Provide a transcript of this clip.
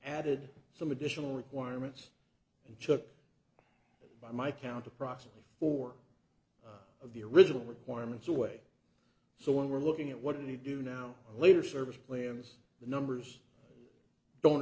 added some additional requirements and chuck by my count approximately four of the original requirements away so when we're looking at what do you do now later service plans the numbers don't